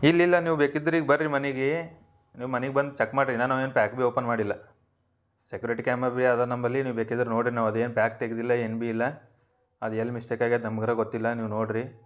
ಇಲ್ಲ ಇಲ್ಲ ನೀವು ಬೇಕಿದ್ರ ಈಗ ಬರ್ರಿ ಮನೇಗೆ ನೀವು ಮನಿಗೆ ಬಂದು ಚೆಕ್ ಮಾಡ್ರಿ ಇನ್ನ ನಾವು ಏನು ಪ್ಯಾಕ್ ಬಿ ಓಪನ್ ಮಾಡಿಲ್ಲ ಸೆಕ್ಯೂರಿಟಿ ಕ್ಯಾಮ್ರ ಬಿ ಅದಾವ ನಂಬಲ್ಲಿ ನೀವು ಬೇಕಿದ್ರ ನೋಡ್ರಿ ನಾವು ಅದೇನು ಪ್ಯಾಕ್ ತೆಗ್ದಿಲ್ಲ ಏನು ಬಿ ಇಲ್ಲ ಅದು ಎಲ್ಲಿ ಮಿಸ್ಟೇಕ್ ಆಗ್ಯದ ನಮ್ಗರ ಗೊತ್ತಿಲ್ಲ ನೀವು ನೋಡ್ರಿ